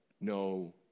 no